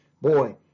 Boy